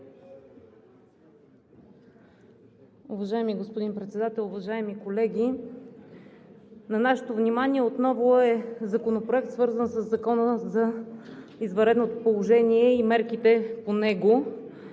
Уважаеми господин Председател, уважаеми колеги! На нашето внимание отново е Законопроектът, свързан със Закона за извънредното положение и мерките по него.